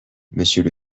monsieur